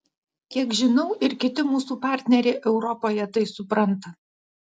kiek žinau ir kiti mūsų partneriai europoje tai supranta